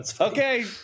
okay